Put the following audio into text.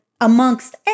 amongst